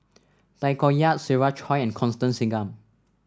Tay Koh Yat Siva Choy and Constance Singam